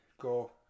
go